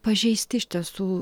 pažeisti iš tiesų